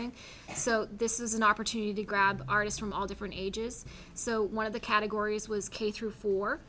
missing so this is an opportunity to grab artists from all different ages so one of the categories was k through fo